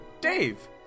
Dave